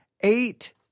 Eight